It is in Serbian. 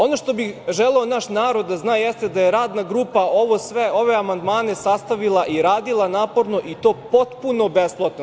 Ono što bi želeo naš narod da zna, jeste da je radna grupa ovo amandmane sastavila i radila naporno i to potpuno besplatno.